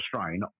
strain